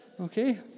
Okay